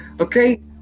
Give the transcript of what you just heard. Okay